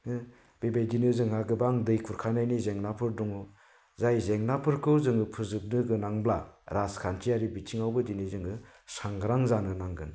बेबायदिनो जोंहा गोबां दै खुरखानायनि जेंनाफोर दङ जाय जेंनाफोरखौ जों फोजोबनो गोनांब्ला राजखान्थियारि बिथिङावबो दिनै जोङो सांग्रां जानो नांगोन